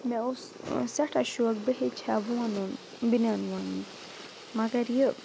مےٚ اوس سؠٹھاہ شوق بہٕ ہیٚچ ہا وونُن بِنیَان وونٕنہِ مگر یہِ